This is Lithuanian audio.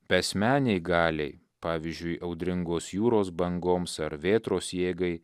beasmenei galiai pavyzdžiui audringos jūros bangoms ar vėtros jėgai